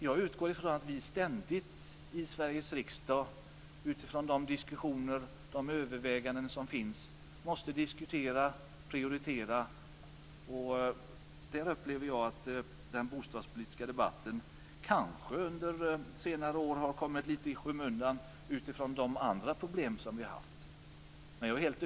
Jag utgår ifrån att vi ständigt i Sveriges riksdag utifrån de diskussioner som förs och de överväganden som görs måste prioritera. Kanske har den bostadspolitiska debatten kommit litet i skymundan och överskuggats av de andra problem som vi har haft.